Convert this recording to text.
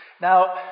Now